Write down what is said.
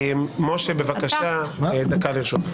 משה, בבקשה, דקה לרשותך.